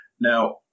now